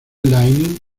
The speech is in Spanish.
lightning